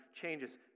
changes